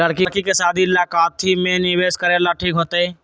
लड़की के शादी ला काथी में निवेस करेला ठीक होतई?